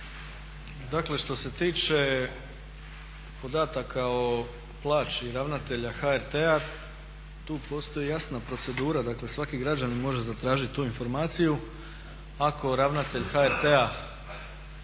što se tiče podataka o plaći ravnatelja HRT-a tu postoji jasna procedura, dakle svaki građanin može zatražiti tu informaciju. Ako ravnatelj HRT-a